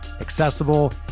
accessible